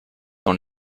dans